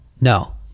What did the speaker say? No